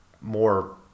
more